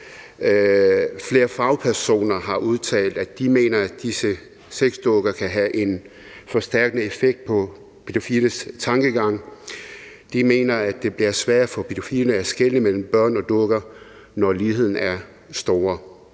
Flere fagpersoner har udtalt, at de mener, at disse sexdukker kan have en forstærkende effekt på pædofiles tankegang. De mener, at det bliver sværere for pædofile at skelne mellem børn og dukker, når ligheden er stor.